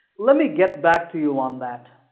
let me get back to you on that.